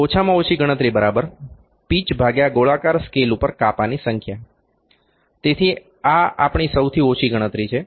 ઓછામાં ઓછી ગણતરી પિચ ગોળાકાર સ્કેલ ઉપર કાપાની સંખ્યા તેથી આ આપણી સૌથી ઓછી ગણતરી છે